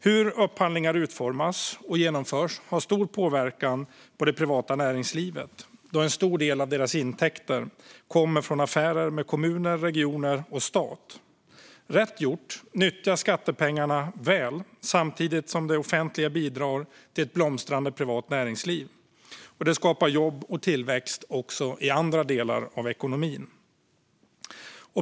Hur upphandlingar utformas och genomförs har stor påverkan på det privata näringslivet då en stor del av deras intäkter kommer från affärer med kommuner, regioner och stat. Rätt gjort nyttjas skattepengarna väl samtidigt som det offentliga bidrar till ett blomstrande privat näringsliv. Det skapar jobb och tillväxt också i andra delar av ekonomin.